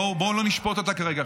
בואו לא נשפוט אותה כרגע,